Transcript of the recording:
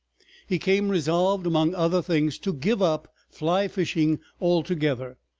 he came resolved, among other things, to give up fly-fishing altogether.